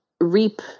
reap